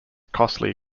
costly